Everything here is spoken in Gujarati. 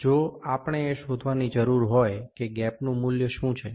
જો આપણે એ શોધવાની જરૂર હોય કે ગેપનું મૂલ્ય શું છે